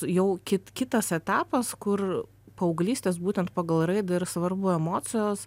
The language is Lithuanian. jau kit kitas etapas kur paauglystės būtent pagal raidą ir svarbu emocijos